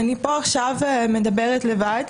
אני פה עכשיו מדברת לבד,